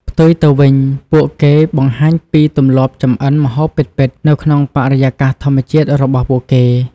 ផ្ទុយទៅវិញ ពួកគេ បង្ហាញពីទម្លាប់ចម្អិនម្ហូបពិតៗ នៅក្នុងបរិយាកាសធម្មជាតិរបស់ពួកគេ។